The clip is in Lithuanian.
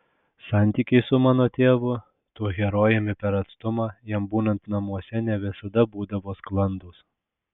santykiai su mano tėvu tuo herojumi per atstumą jam būnant namuose ne visada būdavo sklandūs